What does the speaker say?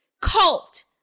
cult